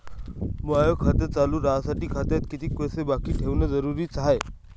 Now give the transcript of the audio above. माय खातं चालू राहासाठी खात्यात कितीक पैसे बाकी ठेवणं जरुरीच हाय?